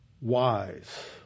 wise